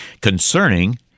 Concerning